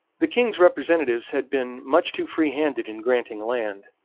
the king's representatives had been much too freehanded in granting land.